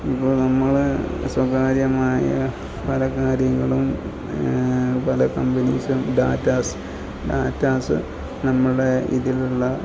ഇപ്പോൾ നമ്മൾ സ്വകാര്യമായ പല കാര്യങ്ങളും പല കമ്പനീസും ഡാറ്റാസും ഡാറ്റാസ് നമ്മുടെ ഇതിലുള്ള